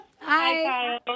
Hi